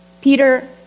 Peter